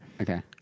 Okay